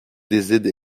décide